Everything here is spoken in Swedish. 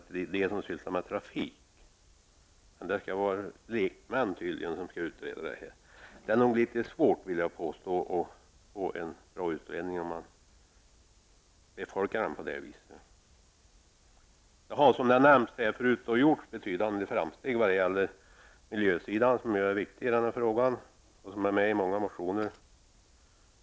Tydligen skall denna utredning bestå av lekmän. Jag vill nog påstå att utredningens resultat kanske inte blir så bra om den är sammansatt på det sätt som reservationen förordar. Det har här tidigare nämnts att det har gjorts betydande framsteg på miljösidan, som ju är viktig i detta sammanhang och som också finns med i många motioner.